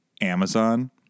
Amazon